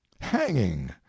hanging